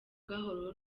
gahoro